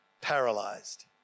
paralyzed